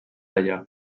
allà